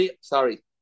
sorry